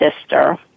sister